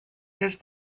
his